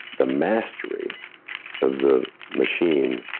the mastery of the machine,